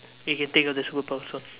you can think of the superpower song